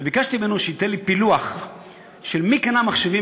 וביקשתי ממנו שייתן לי פילוח של מי קנה מחשבים